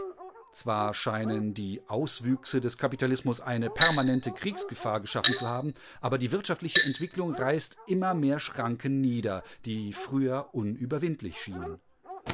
zwar scheinen die auswüchse des kapitalismus eine permanente kriegsgefahr geschaffen zu haben aber die wirtschaftliche entwickelung reißt immer mehr schranken nieder die früher unüberwindlich schienen